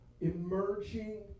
emerging